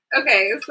Okay